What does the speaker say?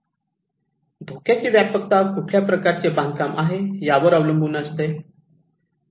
धोक्याची व्यापकता कुठल्या प्रकारचे बांधकाम आहे यावर अवलंबून असते